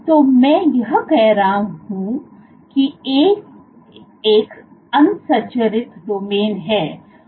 तो मैं यह कह रहा हूं की A एक असंरचित डोमेन है